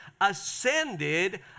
ascended